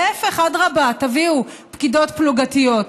להפך, אדרבה, תביאו פקידות פלוגתיות.